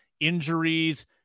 injuries